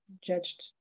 judged